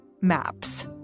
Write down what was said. Maps